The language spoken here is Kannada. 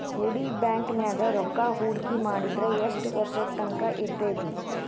ಹೂಡಿ ಬ್ಯಾಂಕ್ ನ್ಯಾಗ್ ರೂಕ್ಕಾಹೂಡ್ಕಿ ಮಾಡಿದ್ರ ಯೆಷ್ಟ್ ವರ್ಷದ ತಂಕಾ ಇರ್ತೇತಿ?